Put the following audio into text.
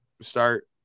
start